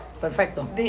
perfecto